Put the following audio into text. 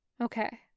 Okay